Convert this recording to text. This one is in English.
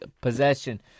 possession